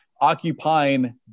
occupying